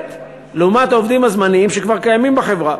לעומת עלות העובדים הזמניים שכבר קיימים בחברה.